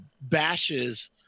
bashes